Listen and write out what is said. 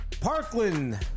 Parkland